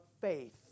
faith